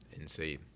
insane